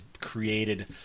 created